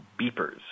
beepers